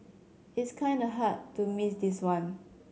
it's kinda hard to miss this one